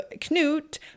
Knut